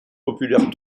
populaire